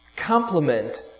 complement